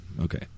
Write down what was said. okay